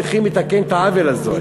צריך לתקן את העוול הזה,